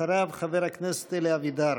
אחריו, חבר הכנסת אלי אבידר.